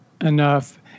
enough